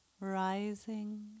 rising